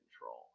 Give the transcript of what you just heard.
control